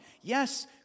Yes